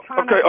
okay